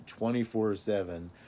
24-7